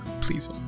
please